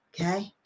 okay